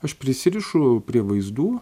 aš prisirišu prie vaizdų